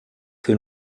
que